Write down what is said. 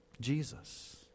Jesus